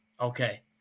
Okay